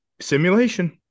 simulation